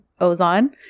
Ozon